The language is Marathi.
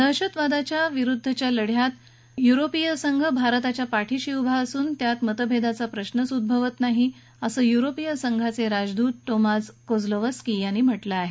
दहशतवादाच्या विरुद्धच्या लढ्यात युरोपीय संघ भारताच्या पाठीशी उभा असून त्याबाबत मतभेदाचा प्रश्नच उद्भवत नाही असं युरोपीय संघाचे राजदूत टोमाझ कोझलोवस्की यांनी म्हटलं आहे